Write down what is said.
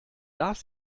darf